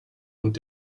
und